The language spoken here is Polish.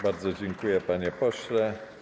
Bardzo dziękuję, panie pośle.